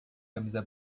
camisa